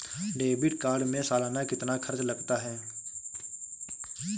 Debit card में सालाना कितना खर्च लगता है?